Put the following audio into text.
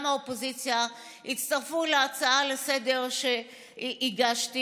מהאופוזיציה הצטרפו להצעה לסדר-היום שהגשתי,